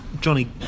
Johnny